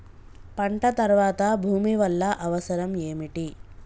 పంట తర్వాత భూమి వల్ల అవసరం ఏమిటి?